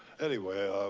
anyway,